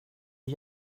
och